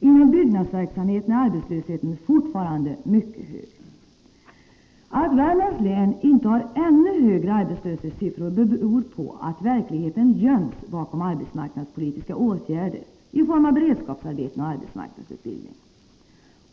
Inom byggnadsverksamheten är arbetslösheten fortfarande mycket hög. Att Värmlands län inte har ännu högre arbetslöshetssiffror beror på att verkligheten göms bakom arbetsmarknadspolitiska åtgärder i form av beredskapsarbeten och arbetsmarknadsutbildning.